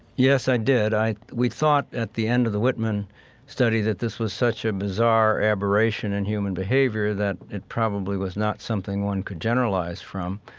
yes, i did. we thought at the end of the whitman study that this was such a bizarre aberration in human behavior that it probably was not something one could generalize from.